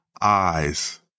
eyes